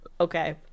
okay